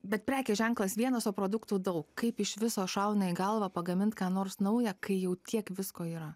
bet prekės ženklas vienas o produktų daug kaip iš viso šauna į galvą pagamint ką nors naują kai jau tiek visko yra